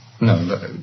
No